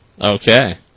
okay